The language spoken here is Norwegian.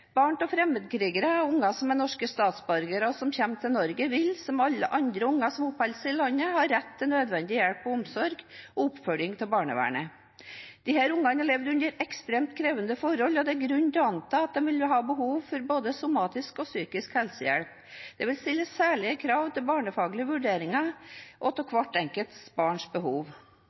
Barn av fremmedkrigere som er norske statsborgere, og som kommer til Norge, vil, som alle andre barn som oppholder seg i landet, ha rett til nødvendig hjelp, omsorg og oppfølging fra barnevernet. Disse barna har levd under ekstremt krevende forhold, og det er grunn til å anta at de vil ha behov for både somatisk og psykisk helsehjelp. Det vil stille særlige krav til barnefaglige vurderinger av hvert enkelt barns behov.